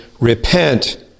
repent